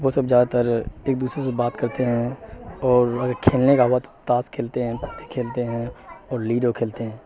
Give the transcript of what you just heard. وہ سب جادہ تر ایک دوسرے سے بات کرتے ہیں اور کھیلنے کا وقت تاش کھیلتے ہیں پتے کھیلتے ہیں اور لیڈو کھیلتے ہیں